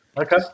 Okay